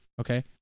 Okay